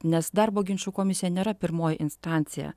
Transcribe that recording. nes darbo ginčų komisija nėra pirmoji instancija